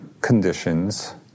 conditions